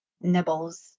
nibbles